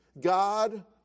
God